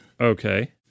Okay